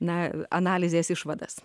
na analizės išvadas